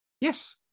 Yes